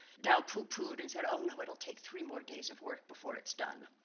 dou pooh poohed, and said, oh no, it'll take three more days of work before it's done.